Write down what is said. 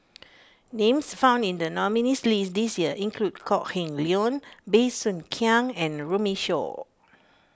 names found in the nominees' list this year include Kok Heng Leun Bey Soo Khiang and Runme Shaw